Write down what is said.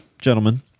gentlemen